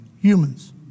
humans